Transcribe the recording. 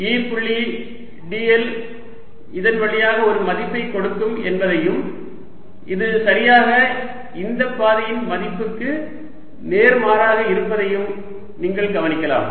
E புள்ளி dl இதன் வழியாக ஒரு மதிப்பைக் கொடுக்கும் என்பதையும் இது சரியாக இந்த பாதையின் மதிப்புக்கு நேர்மாறாக இருப்பதையும் நீங்கள் கவனிக்கலாம்